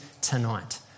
tonight